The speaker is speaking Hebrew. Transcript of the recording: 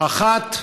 האחת,